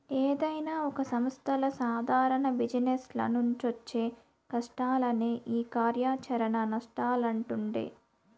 ఏదైనా ఒక సంస్థల సాదారణ జిజినెస్ల నుంచొచ్చే నష్టాలనే ఈ కార్యాచరణ నష్టాలంటుండె